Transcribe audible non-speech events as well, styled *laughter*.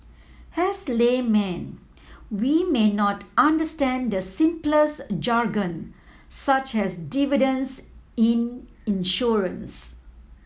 as laymen we may not understand the *unintelligible* jargon such as dividends in insurance